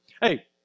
Hey